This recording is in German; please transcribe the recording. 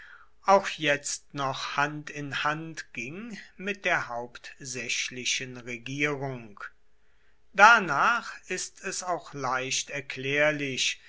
auch jetzt noch hand in hand ging mit der hauptsächlichen regierung danach ist es auch leicht erklärlich